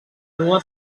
nua